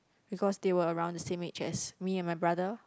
because they were around the same age as me and my brother